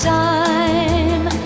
time